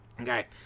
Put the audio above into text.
Okay